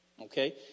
Okay